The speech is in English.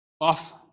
Off